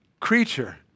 creature